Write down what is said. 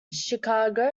chicago